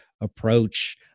approach